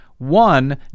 one